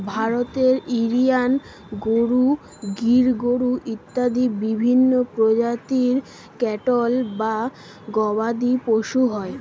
ভারতে হরিয়ানা গরু, গির গরু ইত্যাদি বিভিন্ন প্রজাতির ক্যাটল বা গবাদিপশু হয়